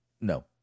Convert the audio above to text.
No